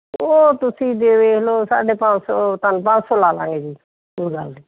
ਉਹ ਤੁਸੀਂ ਜੇ ਵੇਖ ਲਓ ਸਾਢੇ ਪੰਜ ਸੌ ਪੰਜ ਸੌ ਲਾ ਲਾਂਗੇ ਜੀ ਕੋਈ ਗੱਲ ਨਹੀਂ